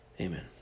Amen